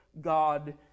God